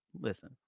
Listen